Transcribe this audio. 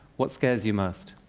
what scares you most?